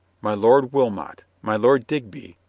my lord wilmot, my lord digby,